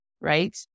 right